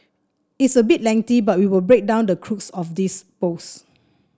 it is a bit lengthy so we will break down the crux of his post